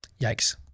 yikes